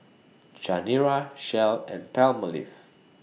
Chanira Shell and Palmolive